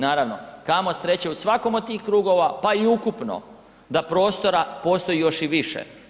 Naravno kamo sreće u svakom od tih krugova pa i ukupno da prostora postoji još i više.